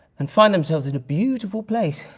and find themselves in a beautiful place.